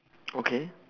okay